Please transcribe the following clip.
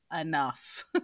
enough